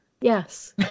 Yes